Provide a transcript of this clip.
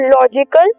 logical